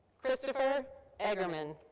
christopher eggermann.